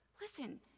Listen